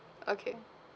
okay